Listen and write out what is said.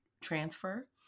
transfer